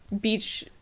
beach